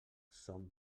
son